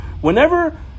Whenever